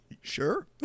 Sure